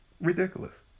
Ridiculous